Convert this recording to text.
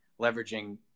leveraging